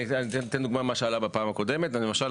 אני אתן דוגמה ממה שעלה הפעם הקודמת למשל,